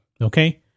Okay